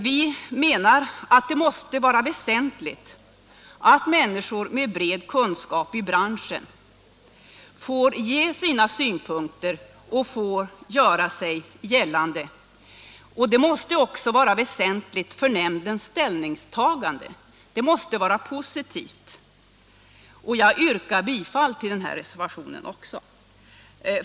Vi menar att det måste vara väsentligt att människor med bred kunskap om branschen får göra sig gällande. Detta måste också vara av betydelse för nämndens ställningstaganden. Jag yrkar bifall också till denna reservation.